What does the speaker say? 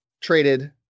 traded